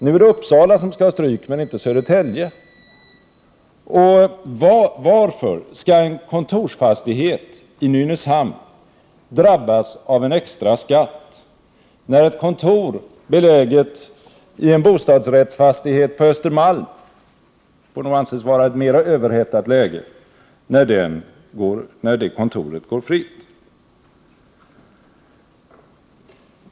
Nu är det Uppsala som skall ta stryk men inte Södertälje. Varför skall en kontorsfastighet i Nynäshamn drabbas av en extraskatt, medan ett kontor beläget i en bostadsrättsfastighet på Östermalm — vilket nog får anses vara ett mera överhettat läge — går fritt?